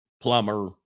plumber